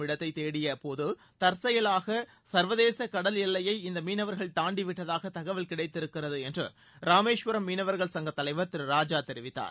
இடத்தை தேடிய போது தற்செயலாக சர்வதேச கடல் எல்லையை இந்த மீனவர்கள் தாண்டிவிட்டதாக தகவல் கிடைத்திருக்கிறது என்று ராமேஸ்வரம் மீனவர்கள் சங்க தலைவர் திரு ராஜா தெரிவித்தார்